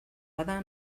bada